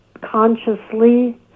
consciously